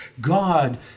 God